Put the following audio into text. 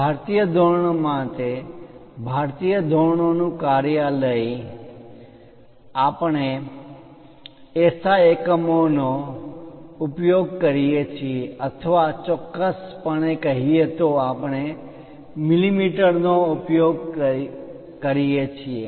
ભારતીય ધોરણો માટે ભારતીય ધોરણો નુ કાર્યાલય ભારતીય ધોરણોના bureau Bureau of Indian Standards આપણે એસ આઈ એકમો નો ઉપયોગ કરીએ છીએ અથવા ચોક્કસપણે કહીએ તો આપણે મિલિમીટર નો ઉપયોગ કરીએ છીએ